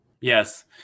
Yes